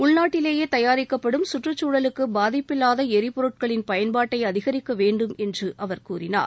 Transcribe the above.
உள்நாட்டிலேயே தயாரிக்கப்படும் கற்றுக்குழலுக்கு பாதிப்பில்லாத எரிபொருட்களின் பயன்பாட்டை அதிகரிக்க வேண்டும் என்று அவர் கூறினார்